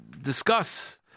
discuss